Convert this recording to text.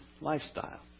lifestyle